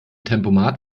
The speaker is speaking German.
tempomat